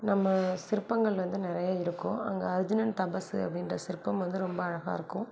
நம்ம சிற்பங்கள் வந்து நிறைய இருக்கும் அங்கே அர்ஜுனன் தபசு அப்படின்ற சிற்பம் வந்து ரொம்ப அழகாயிருக்கும்